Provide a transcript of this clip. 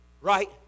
right